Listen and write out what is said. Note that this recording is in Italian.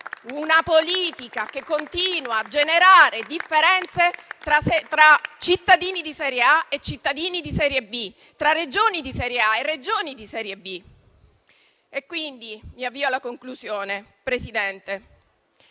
e che continua a generare differenze tra cittadini di serie A e cittadini di serie B, tra Regioni di serie A e Regioni di serie B. Mi avvio alla conclusione, Presidente: